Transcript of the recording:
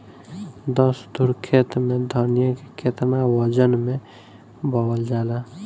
दस धुर खेत में धनिया के केतना वजन मे बोवल जाला?